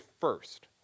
first